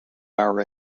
our